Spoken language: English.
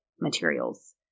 materials